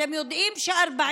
אתם יודעים שיש